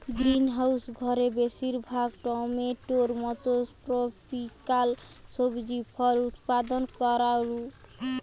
greenhouse ঘরে বেশিরভাগ টমেটোর মতো ট্রপিকাল সবজি ফল উৎপাদন করাঢু